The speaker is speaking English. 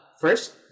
First